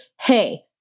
hey